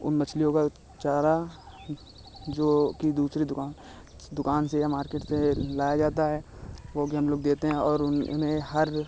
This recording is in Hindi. उन मछलियों का चारा हूँ जो कि दूसरी दुकान दुकान से या मार्केट से लाया जाता है वह भी हम लोग देते हैं और उन उन्हें हर